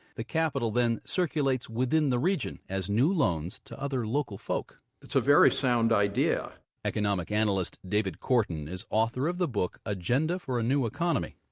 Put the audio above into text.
the capital then circulates within the region as new loans to other local folk it's a very sound idea economic analyst david korten is author of the book agenda for a new economy.